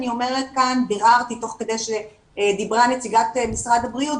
אני ביררתי תוך כדי זה שדיברה משרד הבריאות,